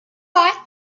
write